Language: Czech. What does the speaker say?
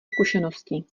zkušenosti